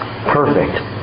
Perfect